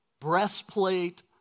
breastplate